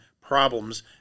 problems